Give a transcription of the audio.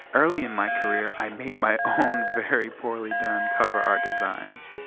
early in my career i made my own very poorly done cover art designs.